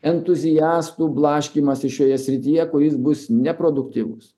entuziastų blaškymąsi šioje srityje kuris bus neproduktyvus